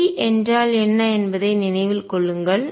P என்றால் என்ன என்பதை நினைவில் கொள்ளுங்கள்